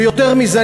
ויותר מזה,